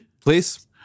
please